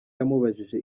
yamubajije